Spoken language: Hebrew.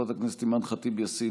חברת הכנסת אימאן ח'טיב יאסין,